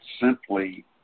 simply